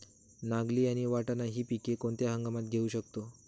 नागली आणि वाटाणा हि पिके कोणत्या हंगामात घेऊ शकतो?